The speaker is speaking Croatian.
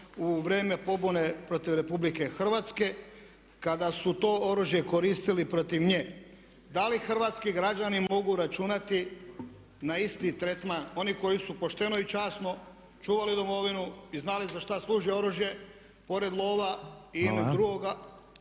u vrijeme pobune protiv RH kada su to oružje koristili protiv nje. Da li hrvatski građani mogu računati na isti tretman oni koji su pošteno i časno čuvali domovinu i znali za što služi oružje pored lova i drugoga